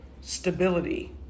stability